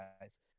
guys